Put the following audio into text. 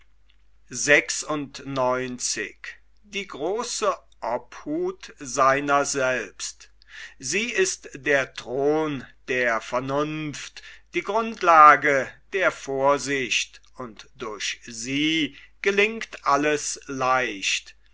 sie ist der thron der vernunft die grundlage der vorsicht und durch sie gelingt alles leicht